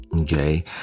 Okay